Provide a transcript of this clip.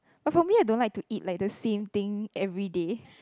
but for me I don't like to eat the like the same thing everyday